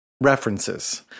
references